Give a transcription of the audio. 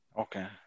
Okay